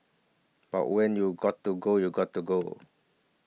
but when you gotta go you gotta go